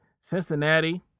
Cincinnati